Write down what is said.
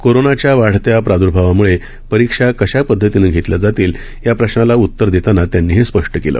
कोरोनाच्या वाढत्या प्राद्र्भावामुळे परीक्षा कशा पद्धतीनं घेतल्या जातील या प्रश्नाला उत्तर देताना त्यांनी स्पष्पं केलं